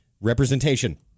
representation